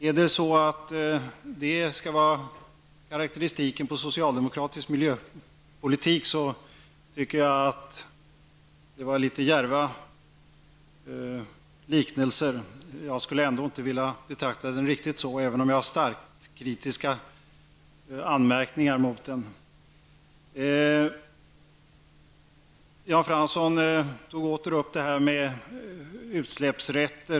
Om detta är karaktäristiken på socialdemokratisk miljöpolitik tycker jag att det var litet djärva liknelser. Jag skulle ändå inte vilja betrakta det riktigt så, även om jag har starkt kritiska anmärkningar mot den. Jan Fransson tog åter upp frågan om utsläppsrätter.